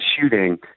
shooting